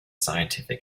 scientific